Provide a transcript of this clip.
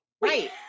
right